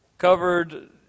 covered